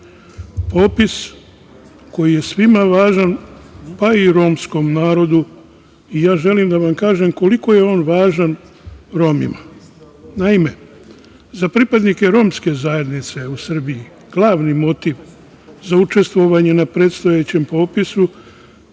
popis koji je svima važan, pa i romskom narodu i ja želim da vam kažem koliko je on važan Romima. Naime, za pripadnike romske zajednice u Srbiji glavni motiv za učestvovanje na predstojećem popisu,